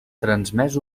transmès